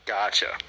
Gotcha